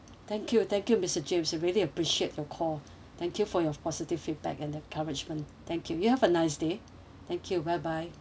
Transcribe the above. thank you thank you mister james I really appreciate your call thank you for your positive feedback and encouragement thank you you have a nice day thank you bye bye